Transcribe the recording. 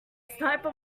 sniper